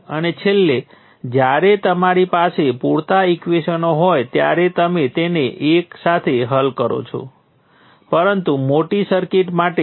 અને છેલ્લે મારી પાસે જ વોલ્ટેજ સ્ત્રોતનું સમીકરણ છે જે V1 ઓછા V2 બરાબર V0 જે વોલ્ટેજ સ્રોતનું મૂલ્ય છે